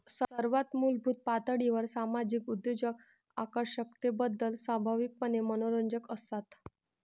सर्वात मूलभूत पातळीवर सामाजिक उद्योजक आकर्षकतेबद्दल स्वाभाविकपणे मनोरंजक असतात